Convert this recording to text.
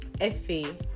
Effie